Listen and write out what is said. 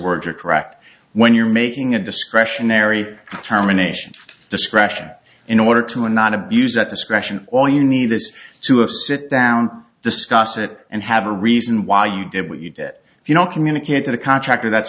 words are correct when you're making a discretionary terminations discretion in order to not abuse that discretion well you need this to a sit down discuss it and have a reason why you did what you did if you don't communicate to the contractor that's